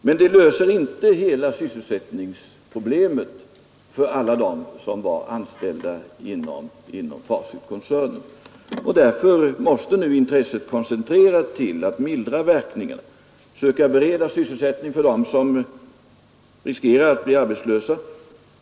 Men den löser inte hela sysselsättningsproblemet för alla anställda inom Facitkoncernen. Därför måste intresset nu koncentreras till att mildra krisens verkningar och till att försöka bereda sysselsättning åt dem som riskerar att bli arbetslösa.